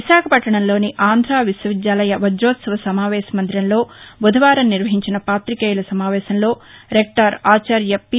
విశాఖపట్నంలోని ఆంధ్ర విశ్వవిద్యాలయ పాజోత్సవ సమావేశ మందిరంలో బుధవారం నిర్వహించిన పాతికేయుల సమావేశంలో రెక్టార్ ఆచార్య పి